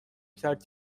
کرد